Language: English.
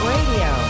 Radio